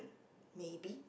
maybe